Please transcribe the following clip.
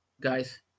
guys